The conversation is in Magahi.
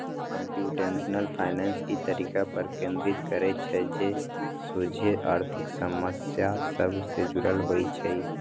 कंप्यूटेशनल फाइनेंस इ तरीका पर केन्द्रित करइ छइ जे सोझे आर्थिक समस्या सभ से जुड़ल होइ छइ